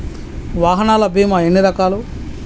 వాహనాల బీమా ఎన్ని రకాలు?